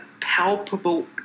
palpable